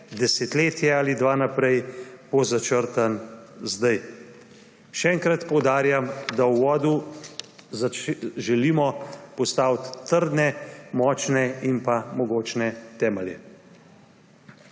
desetletje ali dve naprej bo začrtan zdaj. Še enkrat poudarjam, da v uvodu želimo postaviti trdne, močne in pa mogočne temelje.